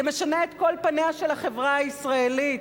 זה משנה את כל פניה של החברה הישראלית.